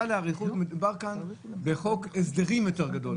להאריך מדובר כאן בחוק הסדרים יותר גדול,